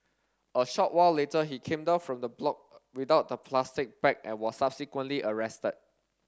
a short while later he came down from the block without the plastic bag and was subsequently arrested